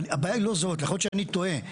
הבעיה היא לא זאת, יכול להיות שאני טועה.